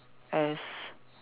as